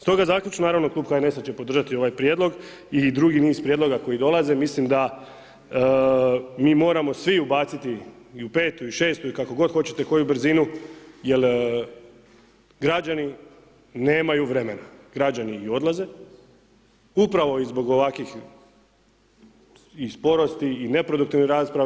Stoga zaključno, naravno Klub HNS-a će podržati ovaj prijedlog i drugi niz prijedloga koji dolaze, mislim da mi moramo svi ubaciti i u petu i u šestu i kako god hoćete koju brzinu jer građani nemaju vremena, građani i odlaze, upravo i zbog ovakvih i sporosti i neproduktivnih rasprava.